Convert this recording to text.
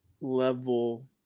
level